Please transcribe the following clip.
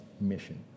mission